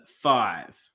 five